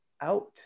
out